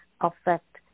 affect